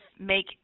make